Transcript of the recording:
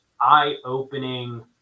eye-opening